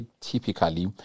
typically